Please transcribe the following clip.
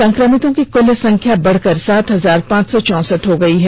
संक्रमितों की कुल संख्या बढ़कर सात हजार पांच सौ चौसठ हो गयी है